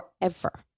forever